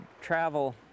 travel